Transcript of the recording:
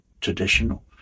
traditional